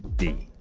d.